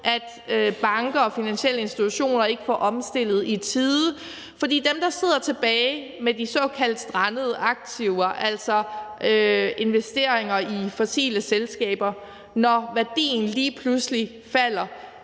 at banker og finansielle institutioner ikke får omstillet i tide, for der er dem, der sidder tilbage med de såkaldt strandede aktiver, altså investeringer i fossile selskaber, når værdien lige pludselig falder.